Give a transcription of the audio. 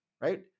right